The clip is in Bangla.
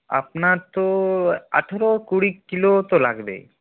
আপনার তো আঠেরো কুড়ি কিলো তো লাগবেই